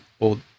old